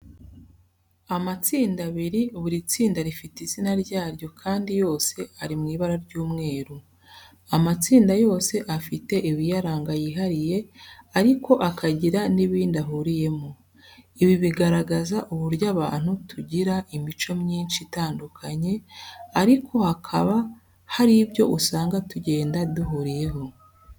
Amatsinda abiri, buri tsinda rifite izina ryaryo kandi yose ari mu ibara ry'umweru. Amatsinda yose afite ibiyaranga yihariye ariko akagira n'ibindi ahuriyemo. Ibi bigaragaza uburyo abantu tugira imico myinshi itandukanye ariko hakaba hari ibyo usanga tugenda duhuriyeho.